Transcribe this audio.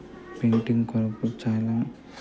painting కొరకు చాలా